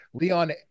Leon